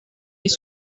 les